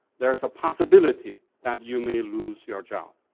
there's a possibility that you may lose your job.